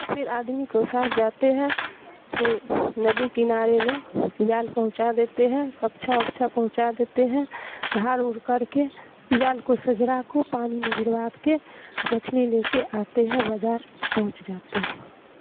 پھر آدمی کو ساتھ جاتے ہیں پھر ندی کنارے میں جال پہنچا دیتے ہیں کپچھا ابچھا پہنچا دیتے ہیں دھر ار کر کے جال کو سجرا کو پانی میں گروا کے مچھلی لے کے آتے ہیں بازار پہنچ جاتے ہیں